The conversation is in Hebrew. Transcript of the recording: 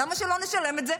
למה שלא נשלם את זה?